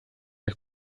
ehk